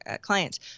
clients